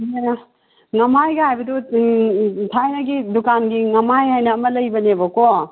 ꯉꯝꯍꯥꯏꯒ ꯍꯥꯏꯕꯗꯨ ꯊꯥꯏꯅꯒꯤ ꯗꯨꯀꯥꯟꯒꯤ ꯉꯝꯍꯥꯏ ꯍꯥꯏꯅ ꯑꯃ ꯂꯩꯕꯅꯦꯕꯀꯣ